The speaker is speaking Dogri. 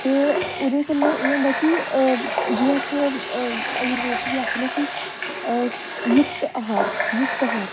ते ओहदे कन्नै एह् होंदा कि जियां अस आयुर्वेद च बी आक्खने कि युक्त आहार युक्त आहार